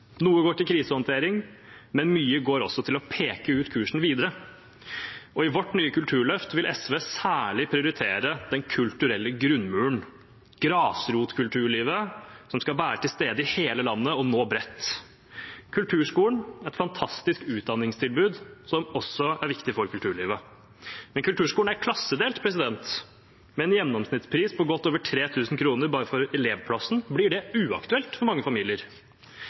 Noe går til krisehåndtering, men mye går også til å peke ut kursen videre. Og i vårt nye kulturløft vil SV særlig prioritere den kulturelle grunnmuren, grasrotkulturlivet, som skal være til stede i hele landet og nå bredt. Kulturskolen er et fantastisk utdanningstilbud som også er viktig for kulturlivet, men kulturskolen er klassedelt. Med en gjennomsnittspris på godt over 3 000 kr bare for elevplassen blir det uaktuelt for mange familier.